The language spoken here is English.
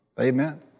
Amen